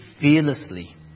fearlessly